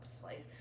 Slice